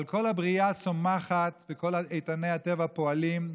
אבל כל הבריאה צומחת וכל איתני הטבע פועלים: